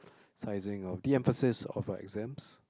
sizing or de-emphasis of uh exams